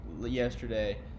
yesterday